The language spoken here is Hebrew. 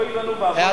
אוי לנו ואבוי לנו.